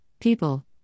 people